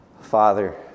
Father